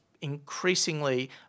increasingly